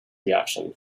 reaction